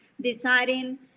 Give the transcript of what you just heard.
deciding